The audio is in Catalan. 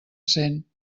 cent